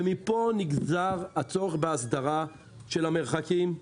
ומפה נגזר הצורך בהסדרה של המרחקים.